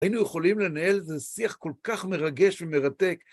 היינו יכולים לנהל על זה שיח כל כך מרגש ומרתק.